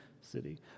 city